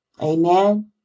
Amen